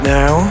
now